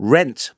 Rent